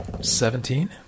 Seventeen